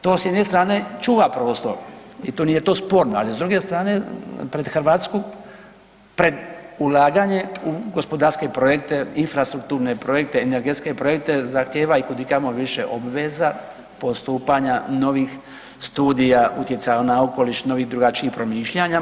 To s jedne strane čuva prostor i to nije sporno, ali s druge strane pred Hrvatsku, pred ulaganje u gospodarske projekte, infrastrukturne projekte, energetske projekte zahtijeva i kud i kamo više obveza postupanja novih studija utjecaja na okoliš, novih drugačijih promišljanja.